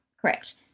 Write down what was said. Correct